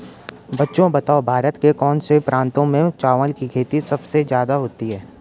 बच्चों बताओ भारत के कौन से प्रांतों में चावल की खेती सबसे ज्यादा होती है?